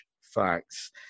facts